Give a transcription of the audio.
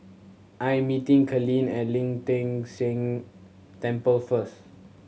I am meeting Kalene at Ling Teng San Temple first